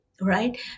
Right